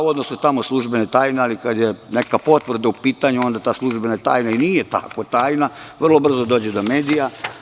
Navodno su tamo službene tajne, ali kada je neka potvrda u pitanju, onda ta službena tajna i nije tako tajna, vrlo brzo dođe do medija.